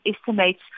estimates